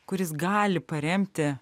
kuris gali paremti